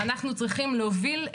וזה דבר שצריך לתת עליו את